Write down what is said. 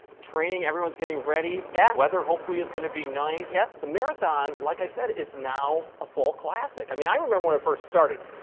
training, everyone's getting ready. yeah. the weather, hopefully, is gonna be nice. yep. the marathon, like i said, is now a fall classic. i mean, i remember when it first started.